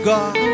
God